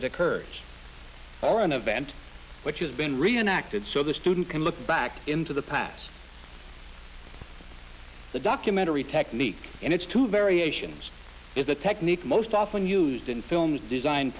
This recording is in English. it occurs or an event which has been reenacted so the student can look back into the paths the documentary technique and its two variations is the technique most often used in films designed